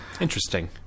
Interesting